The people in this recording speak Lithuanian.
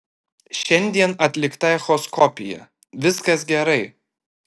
šiandien atlikta echoskopija viskas gerai